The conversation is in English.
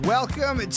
Welcome